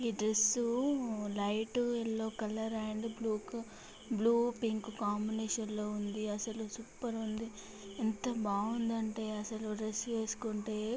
ఈ dress light yellow colour and blue blue pink కాంబినేషన్లో ఉంది అసలు సూపర్ ఉంది ఎంత బాగుందంటే అసలు ఆ డ్రెస్ వేసుకుంటే